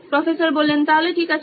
professor ঠিক আছে